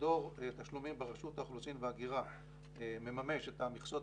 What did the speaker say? מדור תשלומים ברשות האוכלוסין וההגירה מממש את המכסות